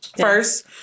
First